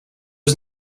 was